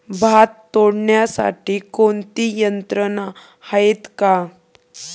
भात तोडण्यासाठी कोणती यंत्रणा आहेत का?